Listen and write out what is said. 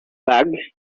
bag